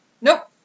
Nope